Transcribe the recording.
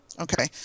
okay